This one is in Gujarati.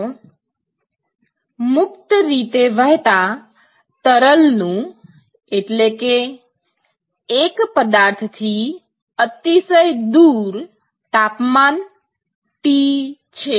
ચાલો મુક્ત રીતે વહેતા તરલનું એટલે કે એક પદાર્થથી અતિશય દૂર તાપમાન T છે